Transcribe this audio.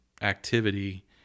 activity